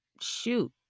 shoot